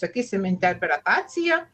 sakysim interpretacija